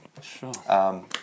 Sure